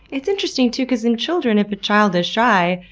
it's interesting too, cause in children, if a child is shy,